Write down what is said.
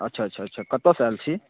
अच्छा अच्छा अच्छा कतयसँ आयल छी